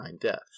death